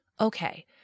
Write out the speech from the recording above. okay